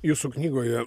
jūsų knygoje